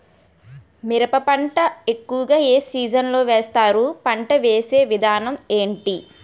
మిరప పంట ఎక్కువుగా ఏ సీజన్ లో వేస్తారు? పంట వేసే విధానం ఎంటి?